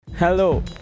Hello